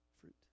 fruit